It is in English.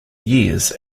years